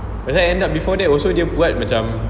that's why end up before that also dia buat macam